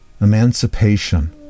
emancipation